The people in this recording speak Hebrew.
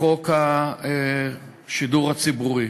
כחוק השידור הציבורי.